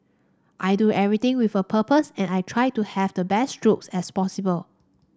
I do everything with a purpose and I try to have the best strokes as possible